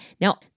Now